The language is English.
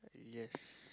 yes